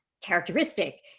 characteristic